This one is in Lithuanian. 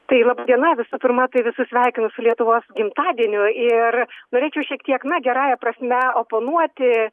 tai laba diena visų pirma tai visus sveikinu lietuvos gimtadieniu ir norėčiau šiek tiek na gerąja prasme oponuoti